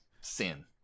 Sin